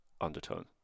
undertone